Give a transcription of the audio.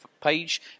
page